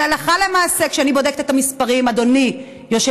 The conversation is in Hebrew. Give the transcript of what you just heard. אבל הלכה למעשה,